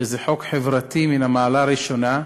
שזה חוק חברתי מן המעלה הראשונה,